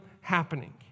happening